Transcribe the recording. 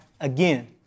again